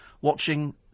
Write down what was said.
watching